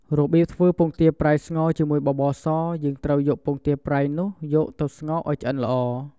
របៀបធ្វើពងទាប្រៃស្ងោរជាមួយបបរស យើងត្រូវយកពងទាប្រៃនោះ យកទៅស្ងោរឱ្យឆ្អិនល្អ។